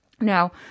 Now